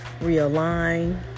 realign